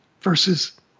versus